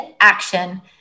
action